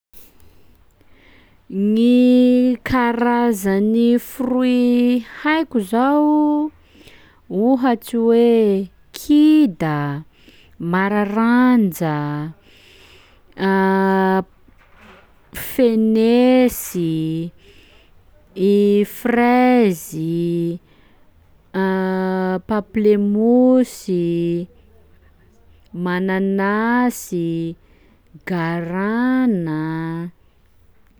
Gny karazan'ny fruit haiko zao: ohatsy hoe kida, mararanja, fenesy, i fraizy, pamplemosy, mananasy, garana.